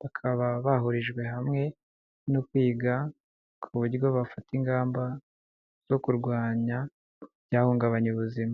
bakaba bahurijwe hamwe no kwiga ku buryo bafata ingamba zo kurwanya ibyahungabanya ubuzima.